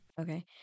Okay